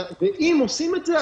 אם עושים את זה,